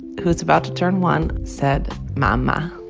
who's about to turn one, said mama.